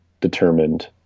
determined